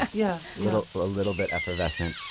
yeah yeah little ah little bit effervescent.